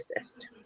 assist